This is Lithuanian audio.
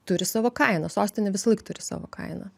turi savo kainą sostinė visąlaik turi savo kainą